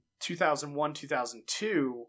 2001-2002